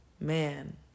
man